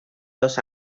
dos